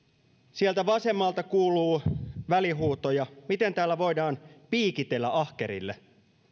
sieltä vasemmalta kuuluu välihuutoja miten täällä voidaan piikitellä ahkerille